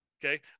Okay